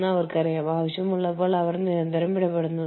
പിന്നെ നിങ്ങൾക്ക് ഒരു ആഗോള സ്ഥാപനമുണ്ടാകും